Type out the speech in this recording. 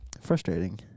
Frustrating